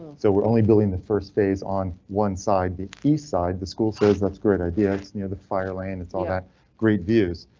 so we're only building the first phase on one side, the eastside. the school says that's great idea. it's near the fire lane. it's all that great views.